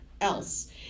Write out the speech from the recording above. else